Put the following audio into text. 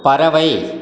பறவை